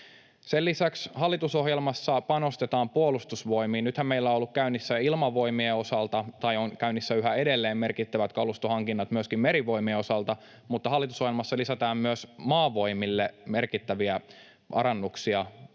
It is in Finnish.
Sen lisäksi hallitusohjelmassa panostetaan Puolustusvoimiin. Nythän meillä on ollut käynnissä Ilmavoimien osalta, tai on käynnissä yhä edelleen, merkittävät kalustohankinnat ja myöskin Merivoimien osalta, mutta hallitusohjelmassa lisätään myös Maavoimille merkittäviä parannuksia